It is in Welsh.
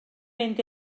fynd